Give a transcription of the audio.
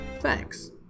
Thanks